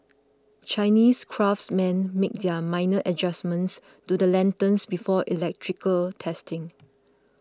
Chinese craftsmen make minor adjustments to the lanterns before electrical testing